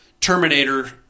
Terminator